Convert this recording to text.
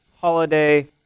holiday